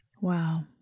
Wow